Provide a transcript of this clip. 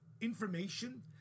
information